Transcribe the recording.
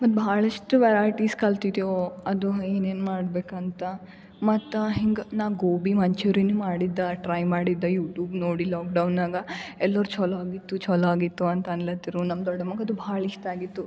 ಮತ್ತು ಭಾಳಷ್ಟು ವೆರೈಟೀಸ್ ಕಲ್ತಿದ್ದೆವು ಅದು ಏನೇನು ಮಾಡ್ಬೇಕು ಅಂತ ಮತ್ತು ಹಿಂಗೆ ನಾ ಗೋಬಿ ಮಂಚೂರಿನು ಮಾಡಿದ್ದೆ ಟ್ರೈ ಮಾಡಿದ್ದೆ ಯೂಟ್ಯೂಬ್ ನೋಡಿ ಲಾಕ್ಡೌನಾಗ ಎಲ್ಲರು ಚಲೋ ಆಗಿತ್ತು ಚಲೋ ಆಗಿತ್ತು ಅಂತ ಅನ್ಲತ್ತಿರು ನಮ್ಮ ದೊಡ್ಡಮಗದು ಭಾಳ್ ಇಷ್ಟ ಆಗಿತ್ತು